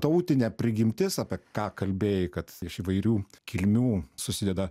tautinė prigimtis apie ką kalbėjai kad iš įvairių kilmių susideda